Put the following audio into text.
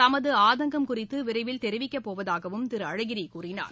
தமதுஆதங்கம் குறித்துவிரைவில் தெரிவிக்கப்போவதாகதிருஅழகிரிகூறினார்